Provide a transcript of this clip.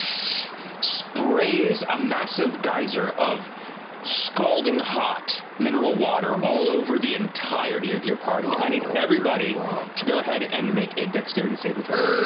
sprays a massive geyser of scalding hot mineral water all over the entirety of your party. and i need everybody to go ahead and make a dexterity saving throw